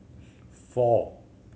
four